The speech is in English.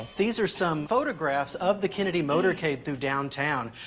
these are some photographs of the kennedy motorcade through downtown.